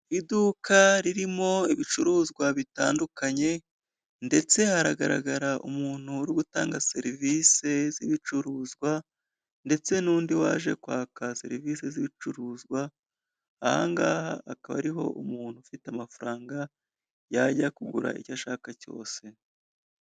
Iduka ririmo ibicuruzwa bitandukanye, ndetse haragaragara umuntu uri gutanga serivisi z'ibicuruzwa, ndetse n'undi waje kwaka serivisi z'ibicuruzwa, ahangaha hakaba ariho umuntu ufite amafaranga yajya kugura icyo ashaka cyose.